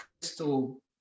crystal